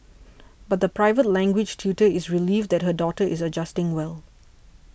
but the private language tutor is relieved that her daughter is adjusting well